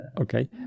Okay